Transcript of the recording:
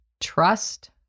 trust